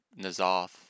Nazoth